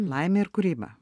laimė ir kūryba